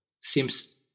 seems